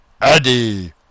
Eddie